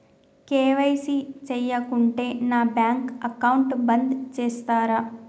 KYC చేయకుంటే నా bank account బంద్ చేస్తరా?